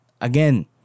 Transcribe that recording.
again